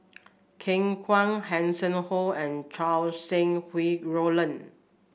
Ken Kwek Hanson Ho and Chow Sau Hai Roland